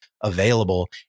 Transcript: available